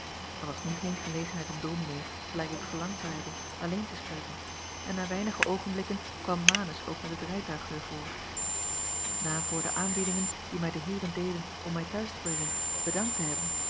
r was nu geen gelegenheid om ominee gelijk ik verlangd zou hebben alleen te spreken en na weinige oogenblikken kwam anus ook met het rijtuig weêr voor a voor de aanbiedingen die mij de eeren deden om mij te huis te brengen bedankt te hebben